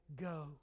go